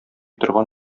торган